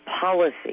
policy